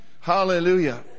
hallelujah